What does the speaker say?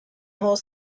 whole